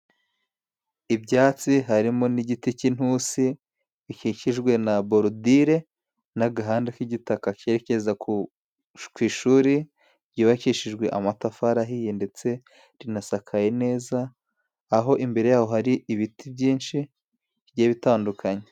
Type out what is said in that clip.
Ibyatsi harimo n'igiti cy'intusi bikikijwe na borudire n'agahanda k'igitaka kerekeza ku ishuri ryubakishijwe amatafari ahiye, ndetse rinasakaye neza aho imbere yaho hari ibiti byinshi bigiye bitandukanye.